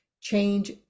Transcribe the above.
change